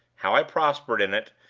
how i prospered in it,